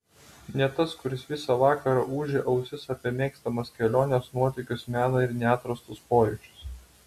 ne tas kuris visą vakarą ūžė ausis apie mėgstamas keliones nuotykius meną ir neatrastus pojūčius